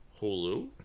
Hulu